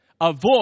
avoid